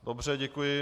Dobře, děkuji.